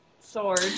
sword